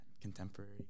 contemporary